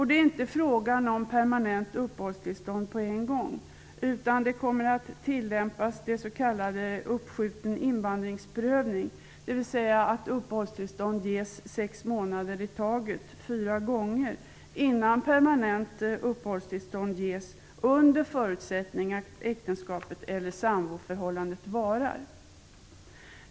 Det är inte fråga om permanent uppehållstillstånd med en gång, utan man kommer att tillämpa s.k. uppskjuten invandringsprövning, dvs. att uppehållstillstånd ges för sex månader i taget fyra gånger innan permanent uppehållstillstånd beviljas, under förutsättning att äktenskapet eller samboförhållandet varar.